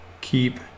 Keep